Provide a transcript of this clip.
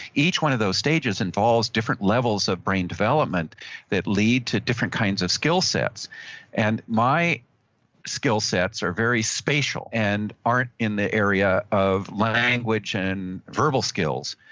each one of those stages involves different levels of brain development that lead to different kinds of skill sets and my skill sets are very spatial and aren't in the area of language and verbal skills,